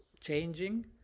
changing